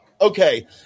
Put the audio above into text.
okay